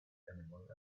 anyone